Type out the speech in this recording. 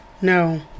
No